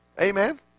Amen